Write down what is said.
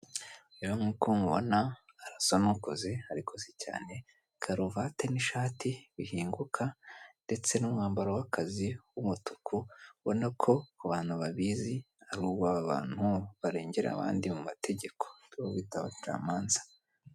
Rero nk'uko mubona arasa n'ukuze ariko si cyane karuvati n'ishati bihinguka ndetse n'umwambaro w'akazi w'umutuku ubona ko abantu babizi ari uw'abantu barengera abandi mu mategeko aribo bita abacamanza.